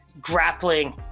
grappling